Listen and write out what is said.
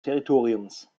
territoriums